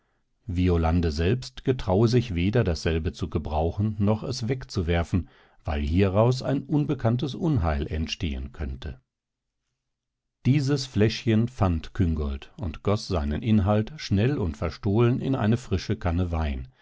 violande selbst getraue sich weder dasselbe zu gebrauchen noch es wegzuwerfen weil hieraus ein unbekanntes unheil entstehen könnte dieses fläschchen fand küngolt und goß seinen inhalt schnell und verstohlen in eine frische kanne wein